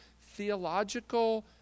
theological